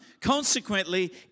Consequently